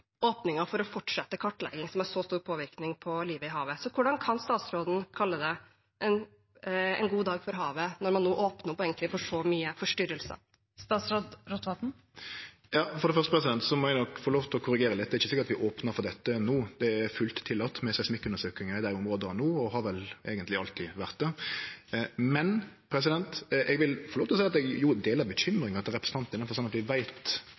for å fortsette en kartlegging som har så stor påvirkning på livet i havet. Hvordan kan statsråden kalle det en god dag for havet når man nå åpner opp for så mye forstyrrelser? Først må eg nok få korrigere litt: Det er ikkje slik at vi opnar for dette no. Det er fullt ut tillate med seismikkundersøkingar i dei områda allereie i dag, og det har vel eigentleg alltid vore det. Men eg deler jo bekymringa til representanten Bastholm, i den forstand at vi veit for lite om kva slags konsekvensar seismikkskyting har for både fisk og særleg sjøpattedyr. Vi veit